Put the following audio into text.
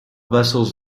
vessels